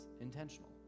intentional